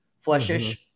flesh-ish